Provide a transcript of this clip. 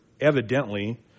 evidently